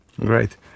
Great